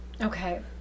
Okay